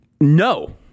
No